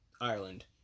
Ireland